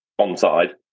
onside